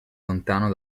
lontano